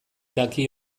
daki